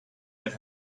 had